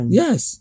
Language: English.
yes